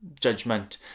Judgment